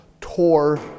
tore